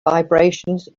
vibrations